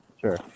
Sure